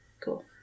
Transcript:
Cool